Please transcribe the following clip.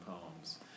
poems